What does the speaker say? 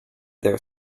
their